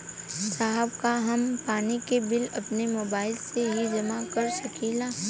साहब का हम पानी के बिल अपने मोबाइल से ही जमा कर सकेला?